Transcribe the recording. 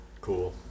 cool